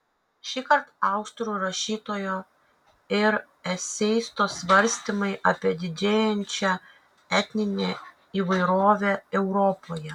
šįkart austrų rašytojo ir eseisto svarstymai apie didėjančią etninę įvairovę europoje